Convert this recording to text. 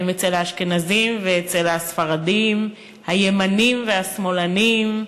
הם אצל האשכנזים ואצל הספרדים, הימנים והשמאלנים,